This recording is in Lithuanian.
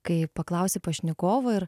kai paklausi pašnekovo ir